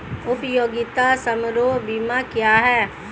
उपयोगिता समारोह बीमा क्या है?